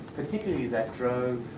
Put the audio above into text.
particularly that drove